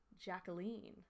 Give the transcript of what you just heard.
Jacqueline